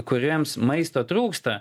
kuriems maisto trūksta